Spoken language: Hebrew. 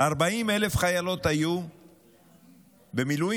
40,000 חיילות היו במילואים,